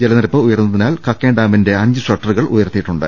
ജലനിരപ്പ് ഉയർന്നതിനാൽ കക്കയം ഡാമിന്റെ അഞ്ച് ഷട്ടറുകൾ ഉയർത്തിയിട്ടുണ്ട്